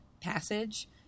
passage